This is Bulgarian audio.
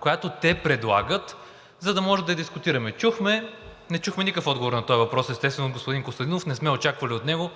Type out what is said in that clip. която те предлагат, за да може да я дискутираме. Не чухме никакъв отговор на този въпрос, естествено, от господин Костадинов, не сме и очаквали от него.